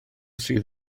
sydd